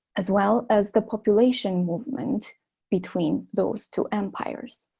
as well as the population movement between those two empires